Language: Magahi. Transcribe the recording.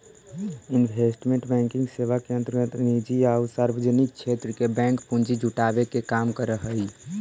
इन्वेस्टमेंट बैंकिंग सेवा के अंतर्गत निजी आउ सार्वजनिक क्षेत्र के बैंक पूंजी जुटावे के काम करऽ हइ